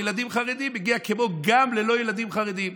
לילדים חרדים כמו גם לילדים לא חרדים?